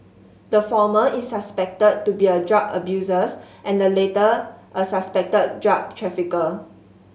the former is suspected to be a drug abusers and the latter a suspected drug trafficker